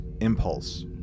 impulse